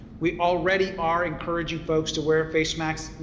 we already are encouraging folks to wear face mask,